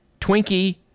Twinkie